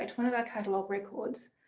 one of our catalogue records.